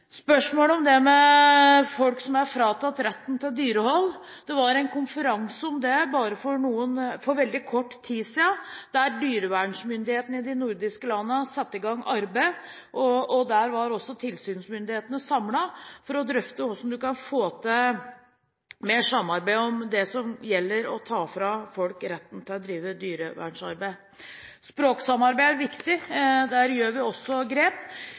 folk som er fratatt retten til dyrehold: Det var en konferanse om det for veldig kort tid siden, der dyrevernsmyndighetene i de nordiske landene satte i gang arbeid. Der var også tilsynsmyndighetene samlet for å drøfte hvordan man kan få til mer samarbeid om det som gjelder å ta fra folk retten til dyrehold. Språksamarbeid er viktig, der gjør vi også grep.